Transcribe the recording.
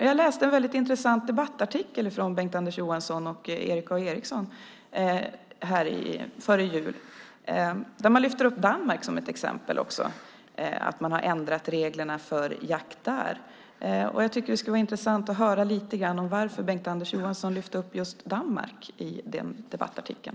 Jag läste en väldigt intressant debattartikel av Bengt-Anders Johansson och Erik A Eriksson före jul där de lyfter fram Danmark som ett exempel på ett land där man har ändrat reglerna för jakt. Jag tycker att det skulle vara intressant att höra lite grann om varför Bengt-Anders Johansson lyfte fram just Danmark i den debattartikeln.